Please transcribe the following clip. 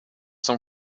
some